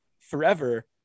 forever